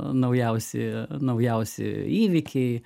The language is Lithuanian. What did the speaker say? naujausi naujausi įvykiai